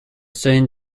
soon